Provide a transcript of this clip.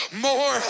more